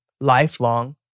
Lifelong